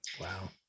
Wow